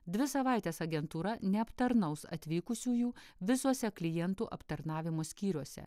dvi savaites agentūra neaptarnaus atvykusiųjų visuose klientų aptarnavimo skyriuose